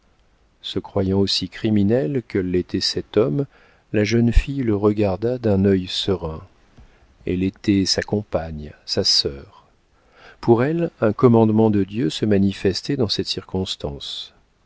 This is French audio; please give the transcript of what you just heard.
se croyant aussi criminelle que l'était cet homme la jeune fille le regarda d'un œil serein elle était sa compagne sa sœur pour elle un commandement de dieu se manifestait dans cette circonstance